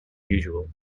usual